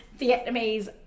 Vietnamese